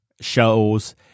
shows